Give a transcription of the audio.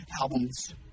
albums